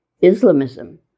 Islamism